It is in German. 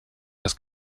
das